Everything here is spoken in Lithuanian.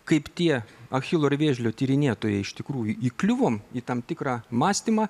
kaip tie achilo ir vėžlio tyrinėtojai iš tikrųjų įkliuvom į tam tikrą mąstymą